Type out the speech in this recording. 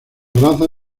raza